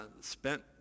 spent